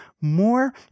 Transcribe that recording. more